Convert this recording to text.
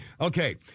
okay